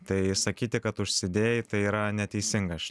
tai sakyti kad užsidėjai tai yra neteisinga